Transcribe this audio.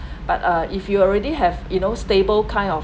but uh if you already have you know stable kind of